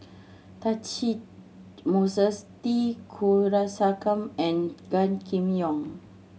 Catchick Moses T Kulasekaram and Gan Kim Yong